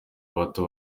bato